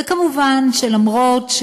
ומובן שלמרות,